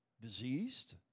Diseased